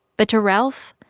but to ralph,